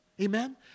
Amen